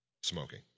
smoking